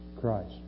Christ